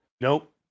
Nope